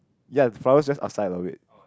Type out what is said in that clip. ya flowers just outside of it